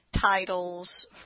titles